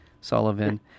Sullivan